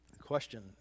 Question